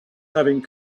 having